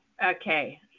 Okay